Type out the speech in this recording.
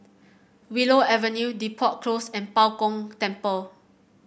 Willow Avenue Depot Close and Bao Gong Temple